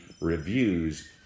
reviews